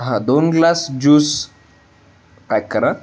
हां दोन glass juice pack करा